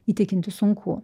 įtikinti sunku